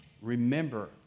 Remember